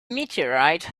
meteorite